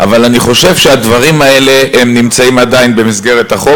אבל אני חושב שהדברים האלה נמצאים עדיין במסגרת החוק.